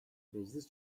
meclis